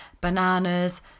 bananas